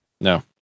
No